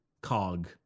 cog